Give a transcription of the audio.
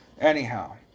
Anyhow